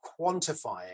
quantifying